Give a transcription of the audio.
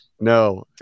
No